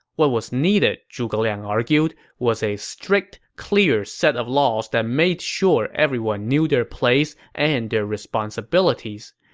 what was needed, zhuge liang argued, was a strict, clear set of laws that made sure everyone knew their place and their responsibilities.